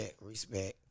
respect